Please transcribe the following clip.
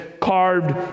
carved